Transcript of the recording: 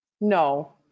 No